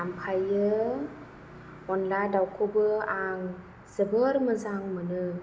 ओमफ्राय अनला दाउखौबो आं जोबोद मेजां मोनो